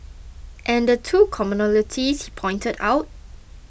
and the two commonalities he pointed out